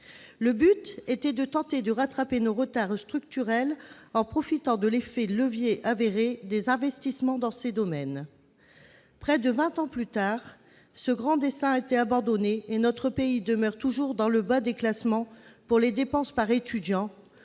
Le but était de rattraper notre retard structurel en profitant de l'effet de levier avéré des investissements dans ces domaines. Près de vingt ans plus tard, ce grand dessein a été abandonné, et notre pays demeure toujours dans le bas des classements des dépenses par étudiant